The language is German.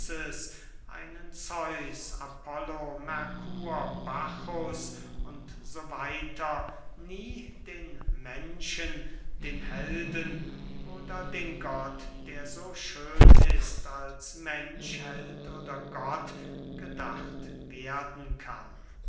einen zeus apollo merkur bacchus u s w nie den menschen den helden oder den gott der so schön ist als mensch held oder gott gedacht werden kann